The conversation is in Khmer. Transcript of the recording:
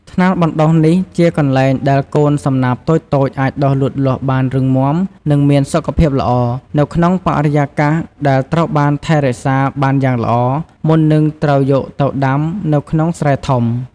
ថ្នាលបណ្ដុះនេះជាកន្លែងដែលកូនសំណាបតូចៗអាចដុះលូតលាស់បានរឹងមាំ និងមានសុខភាពល្អ នៅក្នុងបរិយាកាសដែលត្រូវបានថែរក្សាបានយ៉ាងល្អ មុននឹងត្រូវយកទៅដាំនៅក្នុងស្រែធំ។